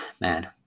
man